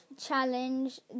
challenge